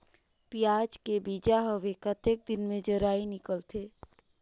पियाज के बीजा हवे कतेक दिन मे जराई निकलथे?